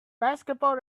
basketball